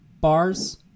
bars